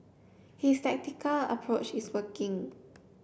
his tactical approach is working